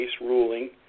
ruling